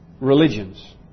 religions